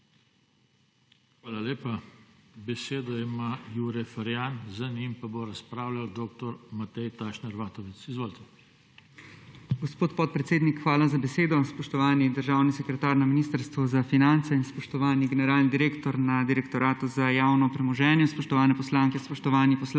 Hvala lepa. Besedo ima Jure Ferjan, za njim pa bo razpravljal dr. Matej Tašner Vatovec. Izvolite. **JURE FERJAN (PS SDS):** Gospod podpredsednik, hvala za besedo. Spoštovani državni sekretar na Ministrstvu za finance in spoštovani generalni direktor na Direktoratu za javno premoženje. Spoštovane poslanke, spoštovani poslanci